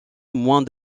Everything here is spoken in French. moins